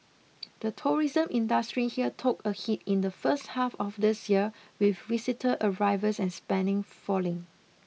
the tourism industry here took a hit in the first half of this year with visitor arrivals and spending falling